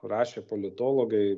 rašė politologai